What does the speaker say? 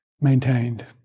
maintained